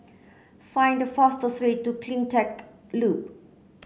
find the fastest way to CleanTech Loop